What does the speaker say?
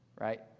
Right